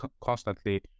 constantly